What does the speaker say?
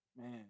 Man